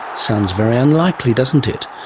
sounds very unlikely, doesn't it?